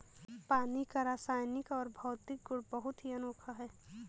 पानी का रासायनिक और भौतिक गुण बहुत ही अनोखा है